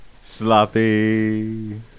Sloppy